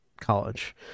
College